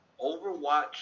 Overwatch